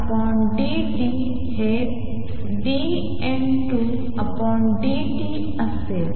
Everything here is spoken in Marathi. आणि dN1dt हे dN2dt असेल आणि ते A21 uTN2B21 uTN1B12 होईल